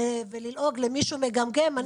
וללעוג למישהו מגמגם,